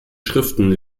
schriften